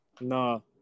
No